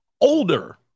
Older